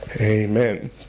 Amen